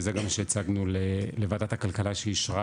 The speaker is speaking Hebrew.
וזה גם מה שהצגנו לוועדת הכלכלה שאישרה